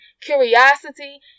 curiosity